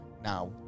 now